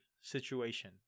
situation